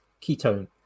ketone